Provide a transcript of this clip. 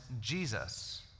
Jesus